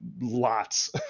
lots